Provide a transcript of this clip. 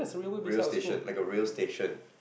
rail station like a rail station